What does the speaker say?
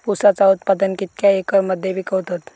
ऊसाचा उत्पादन कितक्या एकर मध्ये पिकवतत?